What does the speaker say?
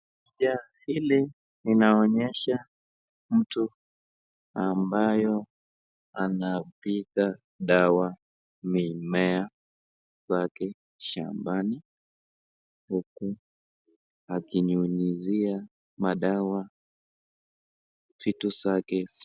Picha hili inaonyesha mtu ambayo anapika dawa mimea kwake shambani huku akinyunyisia madawa vitu zake